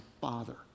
father